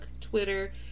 Twitter